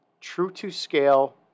true-to-scale